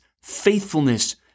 faithfulness